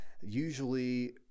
Usually